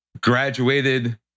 graduated